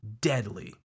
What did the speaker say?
deadly